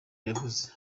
yavuze